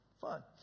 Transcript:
fun